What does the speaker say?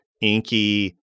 inky